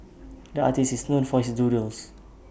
the artist is known for his doodles